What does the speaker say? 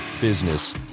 business